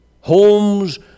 Homes